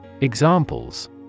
Examples